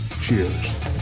cheers